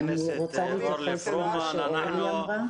אני רוצה להתייחס למה שאורלי אמרה.